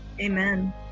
Amen